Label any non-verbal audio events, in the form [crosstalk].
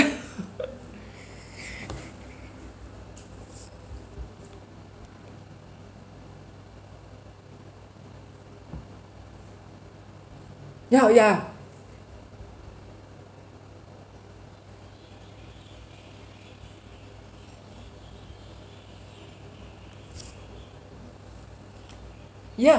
[laughs] ya ya ya